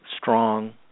strong